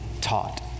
taught